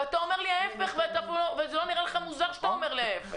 ואתה אומר לי ההיפך וזה לא נראה לך מוזר שאתה אומר ההיפך.